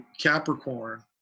capricorn